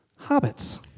hobbits